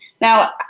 Now